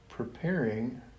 preparing